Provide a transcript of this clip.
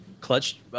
clutch